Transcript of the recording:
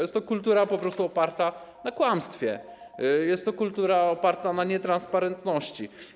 Jest to kultura po prostu oparta na kłamstwie, jest to kultura oparta na nietransparentności.